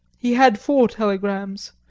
he had four telegrams,